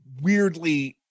weirdly